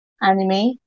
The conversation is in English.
anime